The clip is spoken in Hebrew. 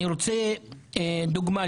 אני רוצה לתת דוגמא,